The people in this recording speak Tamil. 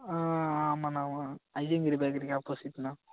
ஆ ஆமாம்ணா ஆமாம்ணா ஐயங்கிரி பேக்கரிக்கு ஆப்போசிட்ண்ணா